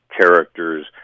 characters